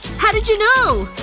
how did you know!